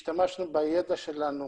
השתמשנו בידע שלנו